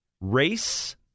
race